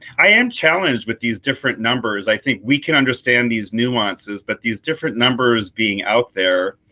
i am challenged with these different numbers. i think we can understand these nuances but these different numbers being out there,